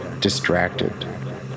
distracted